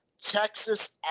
Texas